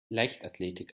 leichtathletik